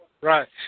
Right